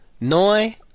Noi